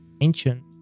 ancient